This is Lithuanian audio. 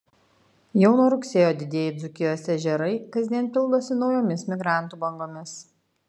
jau nuo rugsėjo didieji dzūkijos ežerai kasdien pildosi naujomis migrantų bangomis